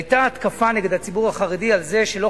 היתה התקפה נגד הציבור החרדי על זה שלא